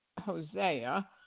Hosea